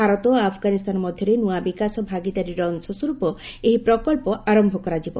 ଭାରତ ଓ ଆଫ୍ଗାନିସ୍ତାନ ମଧ୍ୟରେ ନୃଆ ବିକାଶ ଭାଗିଦାରୀର ଅଂଶସ୍ୱରୂପ ଏହି ପ୍ରକଳ୍ପ ଆରମ୍ଭ କରାଯିବ